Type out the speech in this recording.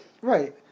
Right